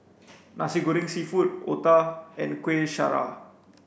Nasi Goreng seafood Otah and Kuih Syara